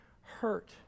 hurt